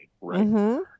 right